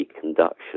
conduction